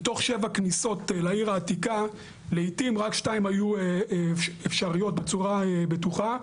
מתוך שבע כניסות לעיר העתיקה לעיתים רק שתיים היו אפשרויות בצורה בטוחה.